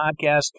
podcast